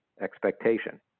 expectation